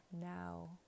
now